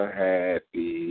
happy